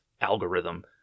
algorithm